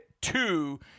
two